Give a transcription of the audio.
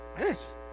yes